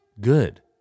Good